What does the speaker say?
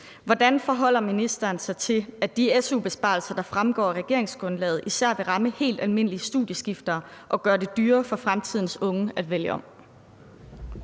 Hvordan forholder ministeren sig til, at de su-besparelser, der fremgår af regeringsgrundlaget, især vil ramme helt almindelige studieskiftere og gøre det dyrere for fremtidens unge at vælge om?